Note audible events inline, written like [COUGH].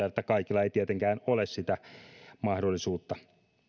[UNINTELLIGIBLE] että kaikilla ei tietenkään ole sitä mahdollisuutta